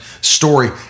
story